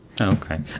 Okay